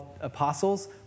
apostles